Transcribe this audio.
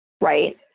right